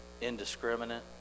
indiscriminate